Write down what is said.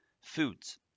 Foods